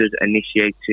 initiated